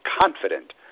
confident